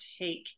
take